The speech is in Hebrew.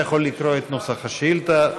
אתה יכול לקרוא את נוסח השאילתה,